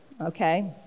okay